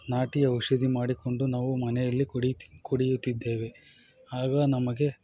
ನಾಟಿ ಔಷದಿ ಮಾಡಿಕೊಂಡು ನಾವು ಮನೆಯಲ್ಲಿ ಕುಡಿತಾ ಕುಡಿಯುತ್ತಿದ್ದೇವೆ ಆಗ ನಮಗೆ